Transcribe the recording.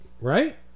right